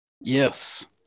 Yes